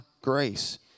grace